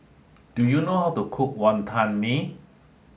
do you know how to cook Wonton Mee